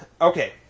Okay